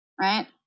right